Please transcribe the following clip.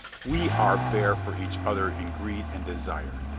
we are bare for each other in greed and desire.